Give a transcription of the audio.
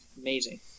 Amazing